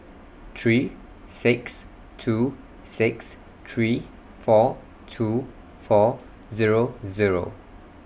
three six two six three four two four Zero Zero